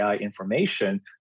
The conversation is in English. information